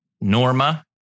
Norma